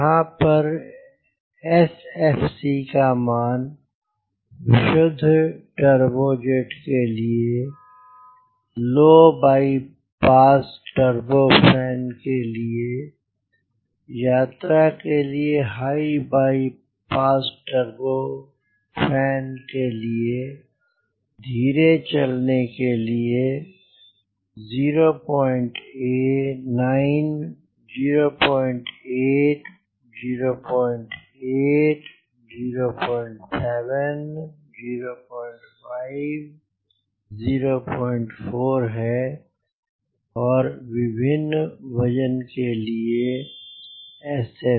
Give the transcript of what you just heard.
यहाँ पर SFC का मान विशुद्ध टर्बोजेट के लिए लो बाइपास टर्बोफैन के लिए यात्रा के लिए हाई बाइपास टर्बोफैन के लिए धीरे चलने के लिए 09 08 08 07 05 04 है और विभिन्न वजन भिन्न के लिए SFC